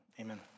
amen